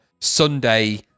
Sunday